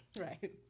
Right